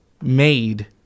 made